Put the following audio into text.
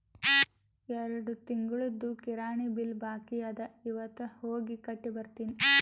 ಎರಡು ತಿಂಗುಳ್ದು ಕಿರಾಣಿ ಬಿಲ್ ಬಾಕಿ ಅದ ಇವತ್ ಹೋಗಿ ಕಟ್ಟಿ ಬರ್ತಿನಿ